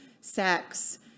sex